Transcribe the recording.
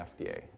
FDA